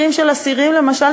למשל,